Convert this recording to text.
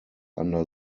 under